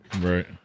Right